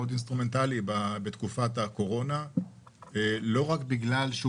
מאוד אינסטרומנטלי בתקופת הקורונה - לא רק בגלל שהוא